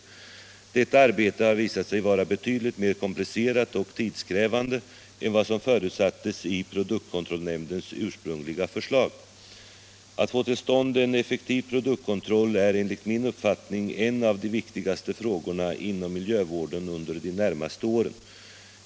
Detta arbete har visat sig vara betydligt mera komplicerat och tidskrävande än vad som förutsattes i produktkontrollnämndens ursprungliga förslag. Att få till stånd en effektiv produktkontroll är enligt min uppfattning en av de viktigaste frågorna inom miljövården under de närmaste åren.